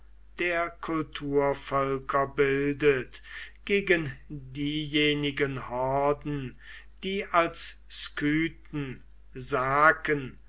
der kulturvölker bildet gegen diejenigen horden die als skythen